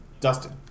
Dustin